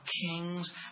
kings